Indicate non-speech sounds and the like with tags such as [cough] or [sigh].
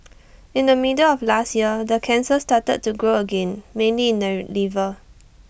[noise] in the middle of last year the cancer started to grow again mainly in the [noise] liver